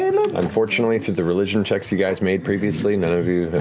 um ah unfortunately, through the religion checks you guys made previously, none of you